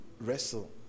wrestle